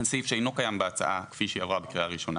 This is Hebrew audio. זה סעיף שאינו קיים בהצעה כפי שהיא עברה בקריאה ראשונה.